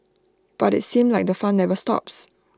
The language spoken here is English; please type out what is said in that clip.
but IT seems like the fun never stops